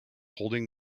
holding